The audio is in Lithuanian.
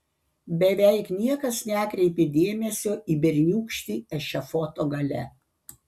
beveik niekas nekreipė dėmesio į berniūkštį ešafoto gale